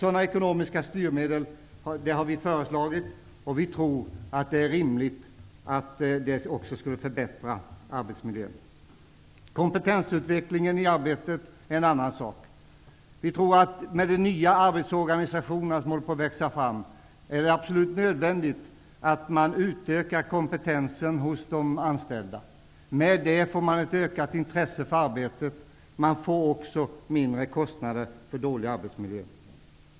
Sådana ekonomiska styrmedel har vi föreslagit, och vi tror att det är rimligt att de skulle förbättra också arbetsmiljön. Kompetensutvecklingen i arbetet är en annan fråga. Vi tror att det, med de nya arbetsorganisationer som håller på att växa fram, är absolut nödvändigt att man utökar kompetensen hos de anställda. Då får man ett ökat intresse för arbetet. Man får också mindre kostnader för en dålig arbetsmiljö.